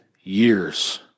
years